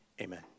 Amen